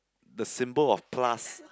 the symbol of plus